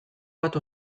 bat